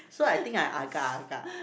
so I think I agak agak